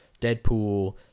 deadpool